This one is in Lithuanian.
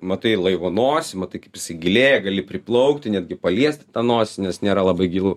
matai laivo nosį matai kaip jisai gilėja gali priplaukti netgi paliesti tą nosį nes nėra labai gilu